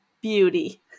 beauty